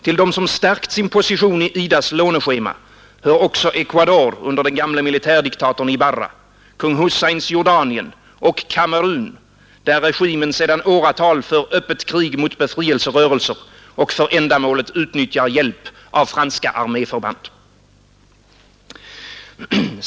Till dem som stärkt sin position i IDA:s låneschema hör också Ecuador under den gamle militärdiktatorn Ibarra, kung Husseins Jordanien och Kamerun, där regimen sedan åratal för öppet krig mot befrielserörelser och för ändamålet utnyttjar hjälp av franska arméförband.